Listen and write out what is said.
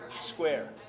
Square